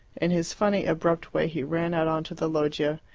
in his funny abrupt way he ran out on to the loggia,